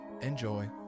enjoy